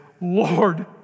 Lord